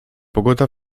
pogoda